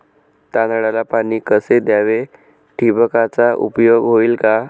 तांदळाला पाणी कसे द्यावे? ठिबकचा उपयोग होईल का?